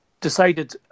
decided